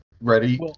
ready